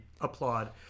applaud